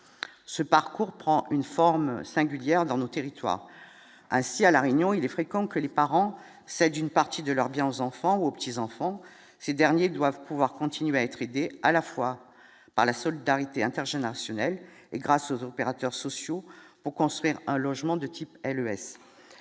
ce parcours prend une forme singulière dans nos territoires, assis à la Réunion, il est fréquent que les parents cède une partie de leurs bien aux enfants, aux petits-enfants, ces derniers doivent pouvoir continuer à être aidés à la fois par la solde intergénérationnel et grâce aux opérateurs sociaux pour construire un logement de type LES